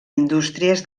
indústries